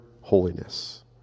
holiness